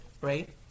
right